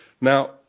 Now